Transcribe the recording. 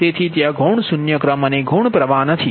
તેથી ત્યાં ગૌણ શૂન્ય ક્રમ અને ગૌણ પ્રવાહ નથી